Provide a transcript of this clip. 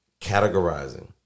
categorizing